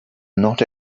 not